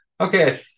Okay